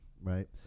right